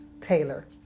Taylor